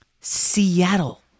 Seattle